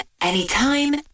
anytime